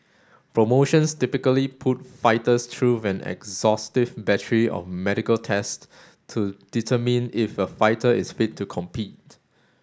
promotions typically put fighters through an exhaustive battery of medical tests to determine if a fighter is fit to compete